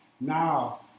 now